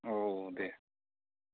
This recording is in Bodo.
औ दे